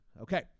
okay